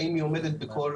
האם היא עומדת בכל